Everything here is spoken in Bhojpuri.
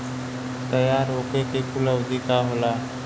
तैयार होखे के कूल अवधि का होला?